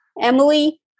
emily